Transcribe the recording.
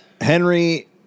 Henry